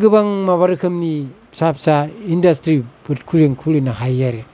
गोबां माबा रोखोमनि फिसा फिसा इन्दासत्रिफोर खुलि खुलिनो हायो आरो